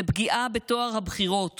זה פגיעה בטוהר הבחירות